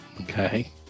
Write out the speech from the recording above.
Okay